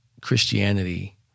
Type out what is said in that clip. Christianity